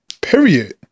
Period